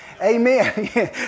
Amen